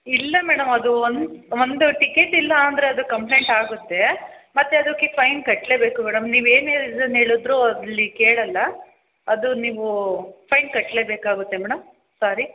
ಇಲ್ಲ ಮೇಡಮ್ ಅದು ಒಂದು ಒಂದು ಟಿಕೇಟ್ ಇಲ್ಲ ಅಂದರೆ ಅದು ಕಂಪ್ಲೇಂಟ್ ಆಗುತ್ತೆ ಮತ್ತು ಅದಕ್ಕೆ ಫೈನ್ ಕಟ್ಟಲೇ ಬೇಕು ಮೇಡಮ್ ನೀವು ಏನು ರೀಸನ್ ಹೇಳುದ್ರು ಅಲ್ಲಿ ಕೇಳೋಲ್ಲ ಅದು ನೀವು ಫೈನ್ ಕಟ್ಟಲೇ ಬೇಕಾಗುತ್ತೆ ಮೇಡಮ್ ಸಾರಿ